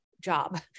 job